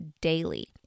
daily